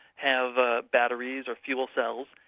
have ah batteries or fuel cells,